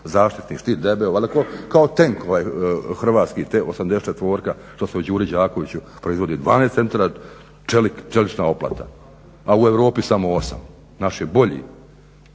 zaštitni štit debeo. Valjda kao tenk ovaj hrvatski T-84 što se u Đuri Đakoviću proizvodi 12 cm čelična oplata, a u Europi samo 8. Naš je bolji